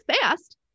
fast